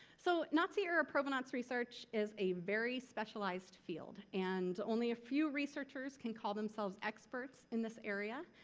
so nazi-era provenance research is a very specialized field and only a few researchers can call themselves experts in this area.